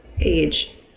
age